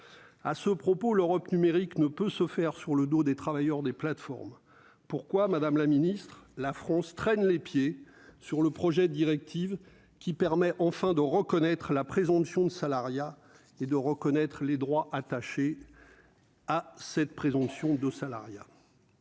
à ce propos l'Europe numérique ne peut se faire sur le dos des travailleurs des plateformes pourquoi Madame la Ministre, la France traîne les pieds sur le projet directive qui permet enfin de reconnaître la présomption de salariat et de reconnaître les droits attachés à cette présomption de salariat